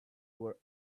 were